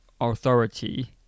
authority